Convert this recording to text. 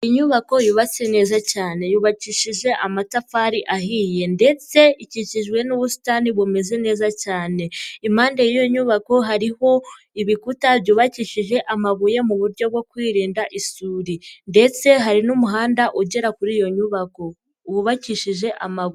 Inyubako yubatse neza cyane yubakishije amatafari ahiye ndetse ikikijwe n'ubusitani bumeze neza cyane, impande y'iyo nyubako hariho ibikuta byubakishije amabuye mu buryo bwo kwirinda isuri ndetse hari n'umuhanda ugera kuri iyo nyubako wubakishije amabuye.